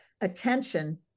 attention